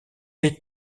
les